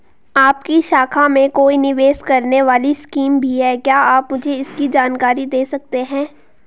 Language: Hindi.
आपकी शाखा में कोई निवेश करने वाली स्कीम भी है क्या आप मुझे इसकी जानकारी दें सकते हैं?